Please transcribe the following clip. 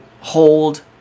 hold